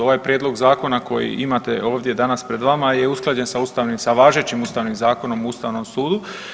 Ovaj prijedlog zakona koji imate ovdje danas pred vama je usklađen sa važećim Ustavnim zakonom o ustavnom sudu.